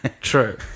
true